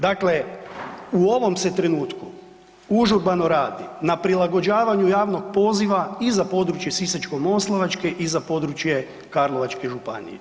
Dakle, u ovom se trenutku užurbano radi na prilagođavanju javnog poziva i za područje Sisačko-moslavačke i za područje Karlovačke županije.